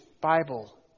Bible